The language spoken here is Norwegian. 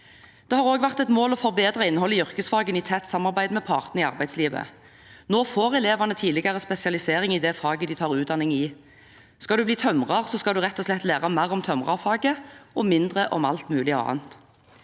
Det har også vært et mål å forbedre innholdet i yrkesfagene i tett samarbeid med partene i arbeidslivet. Nå får elevene tidligere spesialisering i det faget de tar utdanning i. Skal du bli tømrer, skal du rett og slett lære mer om tømrerfaget og mindre om alt mulig annet.